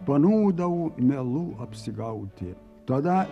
panūdau melu apsigauti tada